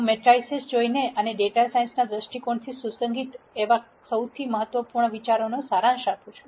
હું મેટ્રિસીસ જોઈને અને ડેટા સાયન્સના દૃષ્ટિકોણથી સુસંગત એવા સૌથી મહત્વપૂર્ણ વિચારોનો સારાંશ આપું છું